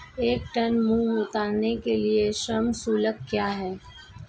एक टन मूंग उतारने के लिए श्रम शुल्क क्या है?